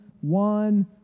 one